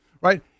Right